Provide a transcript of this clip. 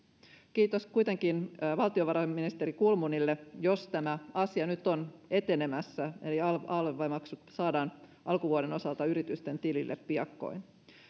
kiitos kuitenkin valtiovarainministeri kulmunille jos tämä asia nyt on etenemässä eli alv maksut saadaan alkuvuoden osalta yritysten tilille piakkoin